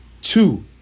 two